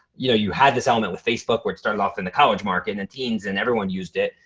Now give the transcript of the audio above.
you know, you had this element with facebook where it started off in the college market and the teens and everyone used it.